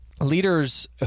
leaders